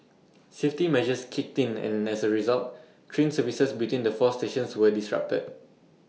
safety measures kicked in and as A result train services between the four stations were disrupted